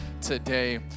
today